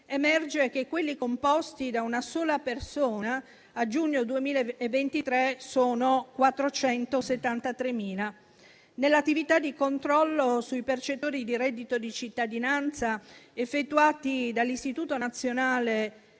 emerge che quelli composti da una sola persona a giugno 2023 sono 473.000. Nell'attività di controllo sui percettori di reddito di cittadinanza effettuati dall'Ispettorato nazionale